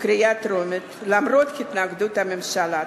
בקריאה טרומית, למרות התנגדות הממשלה.